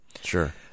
Sure